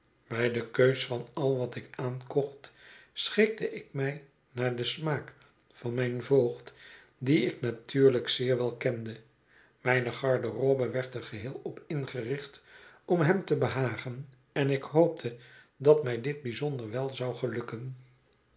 bij de keus van al wat ik aankocht schikte ik mij naar den smaak van mijn voogd dien ik natuurlijk zeer wel kende mijne garderobe werd er geheel op ingericht om hem te behagen en ik hoopte dat mij dit bijzonder wel zou gelukken